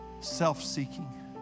self-seeking